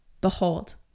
behold